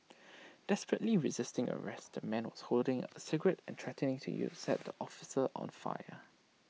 desperately resisting arrest the man was holding A cigarette and threatening to set the officers on fire